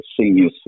senior